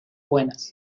buenas